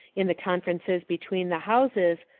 in the conferences between the houses,